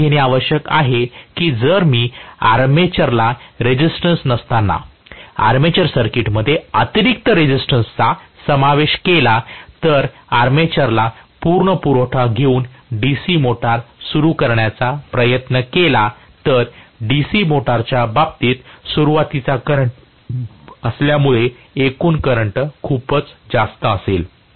परंतु हे जाणून घेणे आवश्यक आहे की जर मी आर्मेचरला रेसिस्टन्स नसताना आर्मेचर सर्किटमध्ये अतिरिक्त रेसिस्टन्स समाविष्ट केला तर आर्मेचरला पूर्ण पुरवठा घेऊन DC मोटर सुरू करण्याचा प्रयत्न केला तर DC मोटरच्या बाबतीत सुरुवातीचा करंट असल्यामुळे एकूण करंट खूपच जास्त असेल